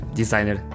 designer